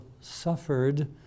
suffered